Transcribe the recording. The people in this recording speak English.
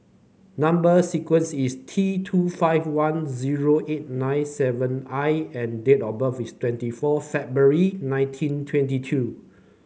number sequence is T two five one zero eight nine seven I and date of birth is twenty four February nineteen twenty two